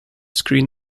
screen